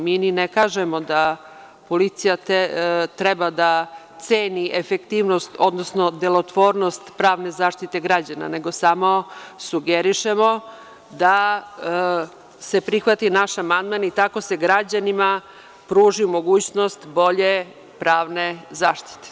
Mi ne kažemo da policija treba da ceni efektivnost, odnosno delotvornost pravne zaštite građana, nego samo sugerišemo da se prihvati naš amandman i tako se građanima pruži mogućnost bolje pravne zaštite.